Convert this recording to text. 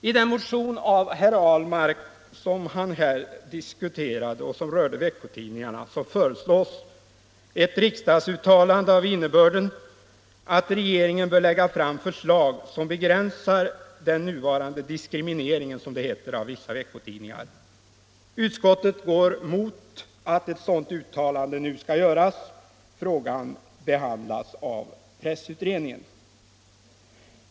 I en motion av bl.a. herr Ahlmark om veckotidningar föreslås, som herr Ahlmark också nämnt, ett riksdagsuttalande av innebörd att regeringen bör lägga fram förslag som begränsar den nuvarande diskrimineringen, som det heter, av vissa veckotidningar. Utskottet vänder sig emot att ett sådant uttalande skulle göras nu. Frågan behandlas av pressutredningen.